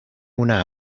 una